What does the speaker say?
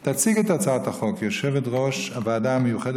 תציג את הצעת החוק יושבת-ראש הוועדה המיוחדת